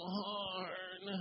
hard